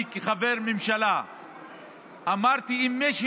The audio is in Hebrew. אני כחבר ממשלה אמרתי: אם למישהו